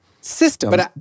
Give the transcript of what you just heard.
system